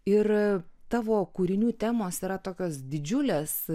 ir tavo kūrinių temos yra tokios didžiulės